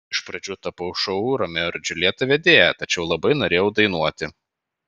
iš pradžių tapau šou romeo ir džiuljeta vedėja tačiau labai norėjau dainuoti